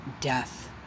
death